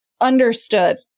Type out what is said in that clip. understood